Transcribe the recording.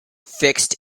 fixed